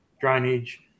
drainage